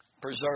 Preserve